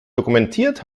dokumentiert